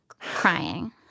Crying